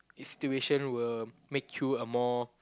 s~ situation will make you a more